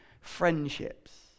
friendships